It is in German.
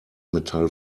metall